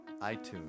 iTunes